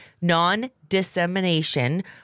non-dissemination